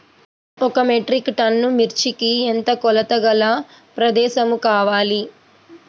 ఒక metric ton మిర్చికి ఎంత కొలతగల ప్రదేశము కావాలీ?